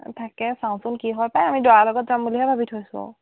তাকে চাওঁচোন কি হয় পায় আমি দৰাৰ লগত যাম বুলিহে ভাবি থৈছোঁ